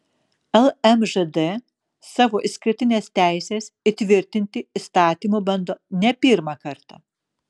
lmžd savo išskirtines teises įtvirtinti įstatymu bando ne pirmą kartą